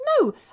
No